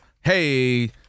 hey